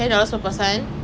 no